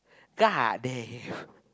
god damn